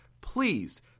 Please